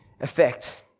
effect